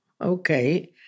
Okay